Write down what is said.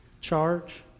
charge